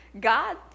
God